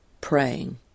praying